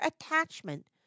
attachment